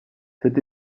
cette